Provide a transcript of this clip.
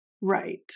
right